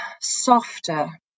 softer